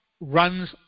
runs